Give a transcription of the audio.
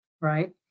right